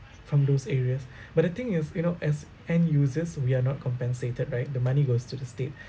from those areas but the thing is you know as end users we are not compensated right the money goes to the state